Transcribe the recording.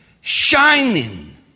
shining